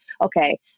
okay